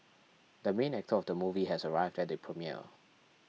the main actor of the movie has arrived at the premiere